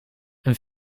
een